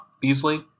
Beasley